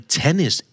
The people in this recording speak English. tennis